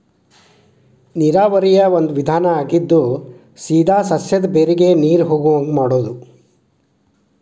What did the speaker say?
ನೇರಾವರಿಯ ಒಂದು ವಿಧಾನಾ ಆಗಿದ್ದು ಸೇದಾ ಸಸ್ಯದ ಬೇರಿಗೆ ನೇರು ಹೊಗುವಂಗ ಮಾಡುದು